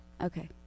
Okay